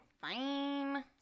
Fine